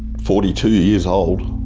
forty two years old.